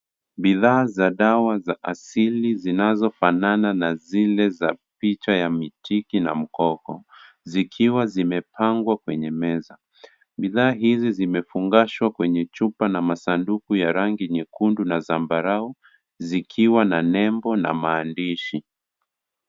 Bidhaa za dawa za asili zinazofanana na zile za picha ya mitiki na mkoko, zikiwa zimepangwa kwenye meza. Bidhaa hizi zimefungashwa kwenye chupa na masanduku ya rangi nyekundu na zambarau, zikiwa na nembo na maandishi.